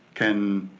can